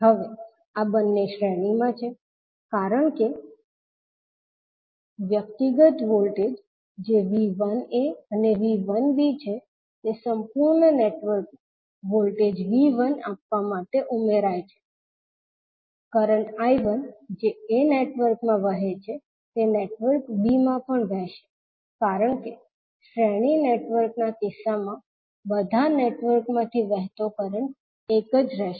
હવે આ બંને શ્રેણીમાં છે કારણ કે વ્યક્તિગત વોલ્ટેજ જે V1aઅને V1b છે તે સંપૂર્ણ નેટવર્કનું વોલ્ટેજ 𝐕1 આપવા માટે ઉમેરાય છે કરંટ 𝐈1 જે a નેટવર્કમાં વહે છે તે નેટવર્ક b માં પણ વહેશે કારણ કે શ્રેણી નેટવર્કના કિસ્સામાં બધા નેટવર્ક માંથી વહેતો કરંટ એક જ રહેશે